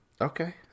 Okay